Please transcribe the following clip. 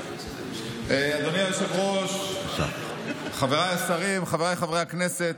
אדוני היושב-ראש, חבריי השרים, חבריי חברי הכנסת,